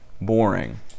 Boring